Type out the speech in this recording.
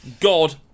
god